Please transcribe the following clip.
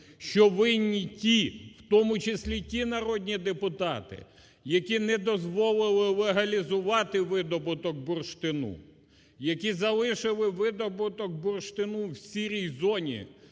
що винні ті, в тому числі і ті народні депутати, які не дозволили легалізувати видобуток бурштину. Які залишили видобуток бурштину в "сірій зоні",